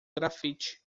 graffiti